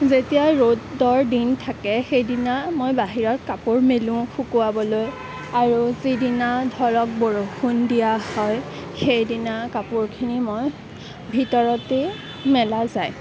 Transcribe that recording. যেতিয়া ৰ'দৰ দিন থাকে সেইদিনা মই বাহিৰত কাপোৰ মেলোঁ শুকুৱাবলৈ আৰু যিদিনা ধৰক বৰষুণ দিয়া হয় সেইদিনা কাপোৰখিনি মই ভিতৰতেই মেলা যায়